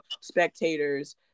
spectators